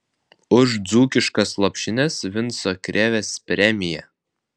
už dzūkiškas lopšines vinco krėvės premija